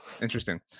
Interesting